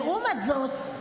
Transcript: לעומת זאת,